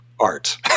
art